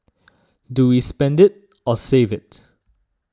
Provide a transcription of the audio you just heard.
do we spend it or save it